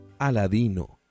Aladino